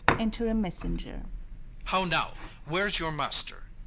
enter a messenger how now? where's your master?